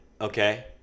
Okay